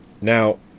Now